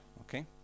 Okay